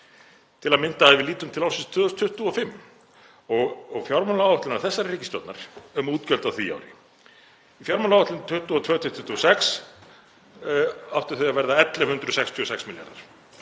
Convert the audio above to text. til að mynda ef við lítum til ársins 2025 og fjármálaáætlunar þessarar ríkisstjórnar um útgjöld á því ári. Í fjármálaáætlun 2022–2026 áttu þau að verða 1.166 milljarðar,